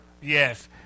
Yes